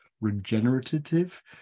regenerative